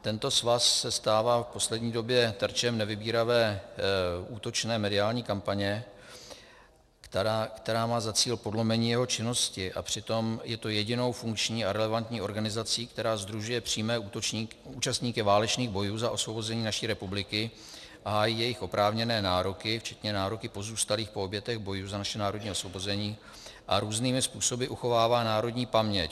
Tento svaz se stává v poslední době terčem nevybíravé útočné mediální kampaně, která má za cíl podlomení jeho činnosti, a přitom je jedinou funkční a relevantní organizací, která sdružuje přímé účastníky válečných bojů za osvobození naší republiky, hájí jejich oprávněné nároky, včetně nároků pozůstalých po obětech bojů za naše národní osvobození, a různými způsoby uchovává národní paměť.